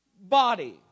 body